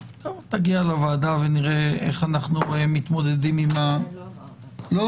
תגיע לוועדה ונראה איך אנחנו מתמודדים --- זה לא עבר --- לא,